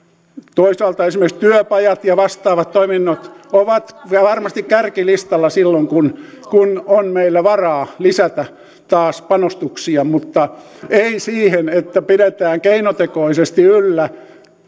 toisaalta esimerkiksi työpajat ja vastaavat toiminnot ovat varmasti kärkilistalla silloin kun kun on meillä varaa lisätä taas panostuksia mutta ei siihen että pidetään keinotekoisesti yllä